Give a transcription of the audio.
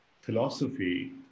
philosophy